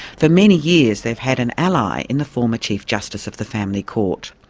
for many years they've had an ally in the former chief justice of the family court.